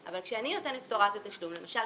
אבל כשאני נותנת את הוראת התשלום למשל,